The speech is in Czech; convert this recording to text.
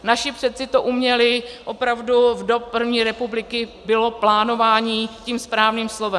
Naši předci to uměli, opravdu od první republiky bylo plánování tím správným slovem.